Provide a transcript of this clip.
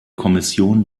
kommission